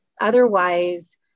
Otherwise